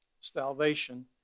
salvation